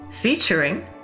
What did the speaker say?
Featuring